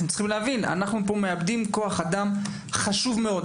אנו פה מאבדים כוח אדם חשוב מאוד,